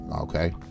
Okay